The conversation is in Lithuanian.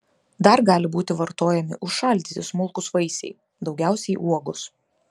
dar gali būti vartojami užšaldyti smulkūs vaisiai daugiausiai uogos